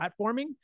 platforming